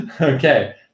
Okay